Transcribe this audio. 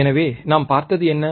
எனவே நாம் பார்த்தது என்ன